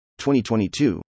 2022